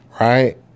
Right